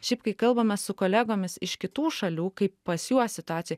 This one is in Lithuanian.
šiaip kai kalbame su kolegomis iš kitų šalių kaip pas juos situacija